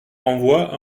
renvoie